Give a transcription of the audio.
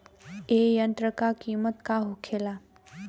ए यंत्र का कीमत का होखेला?